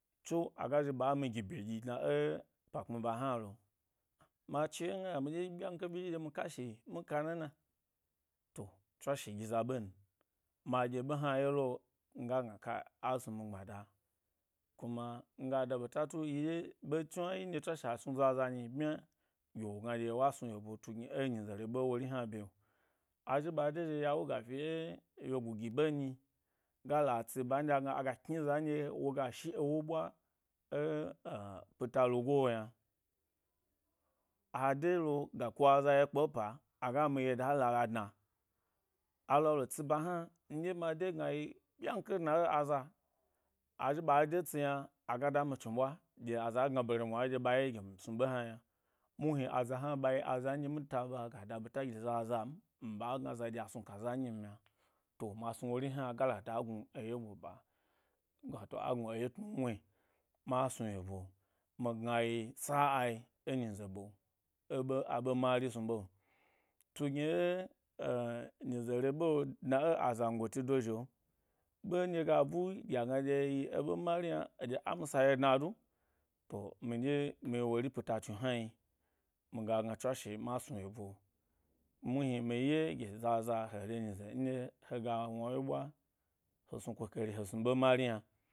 Tso, aga zhi ɓa mi gi bye ɗyi dna ẻ pa kpmi ba hnalo, ma chi ye yna mi ga gna miɗye ɓyan қhe ɓyiri nɗye mi ka shi, mi ka nana to, tswashe gi za ɓ n ma ɗye ɓe hna yelo, nga gna kai asnumi gbmada, kuma, miga da ɓeta tu yidye ɓe chnwawyi nɗye tswashe a snu za za nyi ɓmya gye wo gna ɗye was nu tu gni e nyize re ɓe ero rihna bye. A zhi ɓa de zhi ya wuga fi e wyoju gi ɓe nyi gala tsi ba nɗye aga kni za ndye woga shi ewo ɓwa ẻ a-pita lugo yna, adolo ga ku aza ye kpe pa aga mi ye da lala dna, alo le tsi ba hna, nɗye ma de gna yi byakhe dna e aza, azhi ɓ de tsi yna, aga da mi tsnu ɓwa ɗye aza gna bare mwa nɗye ɓa ye gye mi snu ɓe hna yna muhni aza hna ɓa yi aza nɗye mi ta ɓa ga da ɓeta do zaza m mi ɓa gna za ɗye a snu ka za nyim yna to, ma snu wori hna gala da gnu eye ɓoɓa wato agnu eye tnu wni, ma snu yebo, mi gnayi sa’ai e nyize ɓe e ɓe, a ɓe mari snu ɓe tu gni ẻ ẻh nyize re ɓe, chna ẻ azangoti do zhi’o ɓe nɗye gab u ɗye a gna ɗye yi eɓe mari yna, aɗya a mi sa ye dna du, to, mi ɗye mi yi wori peta tsnu hnayi, miga gna tswashe ma snu yebo, muhmi mi ye gi zaza he renyize ndye he ga wna wye ɓwa he snu kukari he snu ɓe mari yna.